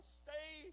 stay